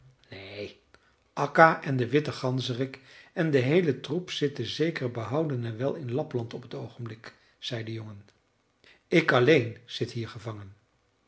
akka en de witte ganzerik en de heele troep zitten zeker behouden en wel in lapland op het oogenblik zei de jongen ik alleen zit hier gevangen